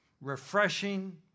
refreshing